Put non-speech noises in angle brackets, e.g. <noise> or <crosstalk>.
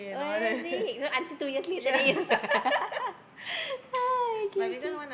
oh is it so until two years later then you <laughs> ah okay okay